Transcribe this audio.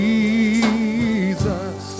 Jesus